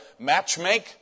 matchmake